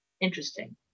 Interesting